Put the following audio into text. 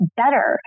better